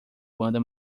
banda